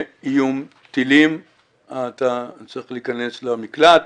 באיום טילים אתה צריך להיכנס למקלט